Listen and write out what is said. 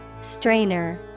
Strainer